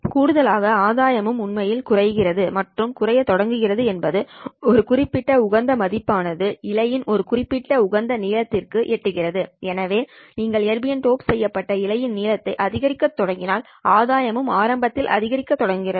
கூடுதலாக ஆதாயமும் உண்மையில் குறைகிறது மற்றும் குறையத் தொடங்குகிறது என்பது ஒரு குறிப்பிட்ட உகந்த மதிப்பு ஆனது இழையின் ஒரு குறிப்பிட்ட உகந்த நீளத்திற்கு எட்டுகிறது எனவே நீங்கள் எர்பியம் டோப் செய்யப்பட்ட இழையின் நீளத்தை அதிகரிக்கத் தொடங்கினால் ஆதாயமும் ஆரம்பத்தில் அதிகரிக்கத் தொடங்குகிறது